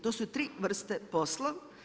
To su tri vrste posla.